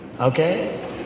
Okay